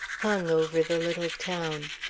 hung over the little town.